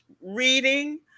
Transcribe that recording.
reading